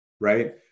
Right